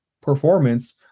performance